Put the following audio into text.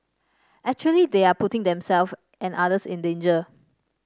actually they are putting them self and others in danger